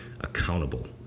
accountable